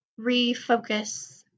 refocus